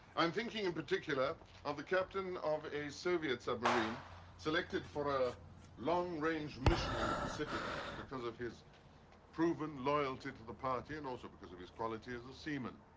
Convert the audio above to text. i'm thinking in particular of the captain of a soviet submarine selected for a long range mission in the pacific because of his proven loyalty to the party, and also because of his quality as a seaman.